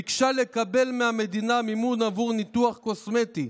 ביקשה לקבל מהמדינה מימון עבור ניתוח קוסמטי.